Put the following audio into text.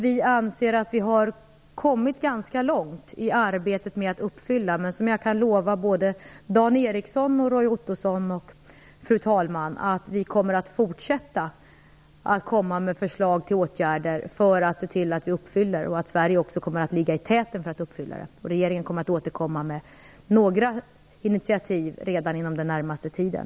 Vi anser att vi har kommit ganska långt i arbetet med att uppfylla beslutet. Men jag kan lova både Dan Ericsson och Roy Ottosson och även fru talmannen att vi kommer att fortsätta med att lägga fram förslag till åtgärder för att se till att vi uppfyller detta och för att se till att Sverige där ligger i täten. Regeringen återkommer med några initiativ redan under den närmaste tiden.